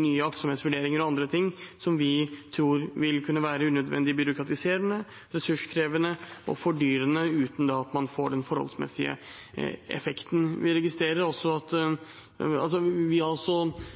nye aktsomhetsvurderinger og andre ting, som vi tror vil kunne være unødvendig byråkratiserende, ressurskrevende og fordyrende uten at man får den forholdsmessige effekten. Vi har forståelse for at